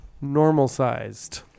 normal-sized